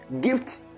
Gift